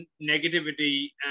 negativity